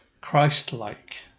Christ-like